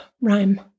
rhyme